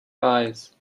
eyes